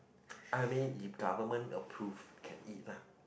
I'll mean if government approve can eat lah